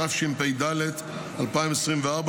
התשפ"ד 2024,